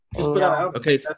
okay